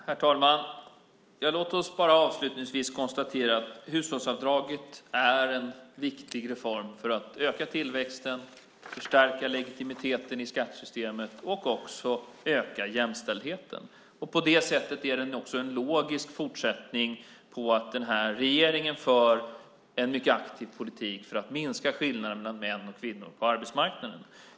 Herr talman! Låt oss bara avslutningsvis konstatera att hushållsavdraget är en viktig reform för att öka tillväxten, förstärka legitimiteten i skattesystemet och också öka jämställdheten! På det sättet är den också en logisk fortsättning när det gäller att den här regeringen för en mycket aktiv politik för att minska skillnaderna mellan män och kvinnor på arbetsmarknaden.